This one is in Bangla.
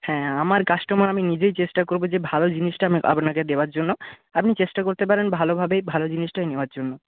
হ্যাঁ আমার কাস্টমার আমি নিজেই চেষ্টা করব যে ভালো জিনিসটা আপনাকে দেওয়ার জন্য আপনি চেষ্টা করতে পারেন ভালোভাবেই ভালো জিনিসটাই নেওয়ার জন্য